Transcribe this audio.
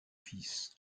fils